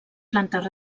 plantes